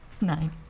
nine